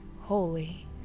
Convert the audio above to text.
holy